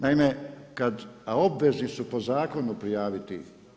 Naime kad, a obvezni su po zakonu prijaviti.